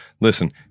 Listen